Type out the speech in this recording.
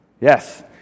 Yes